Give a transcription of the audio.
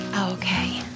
Okay